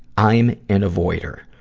i'm an avoider.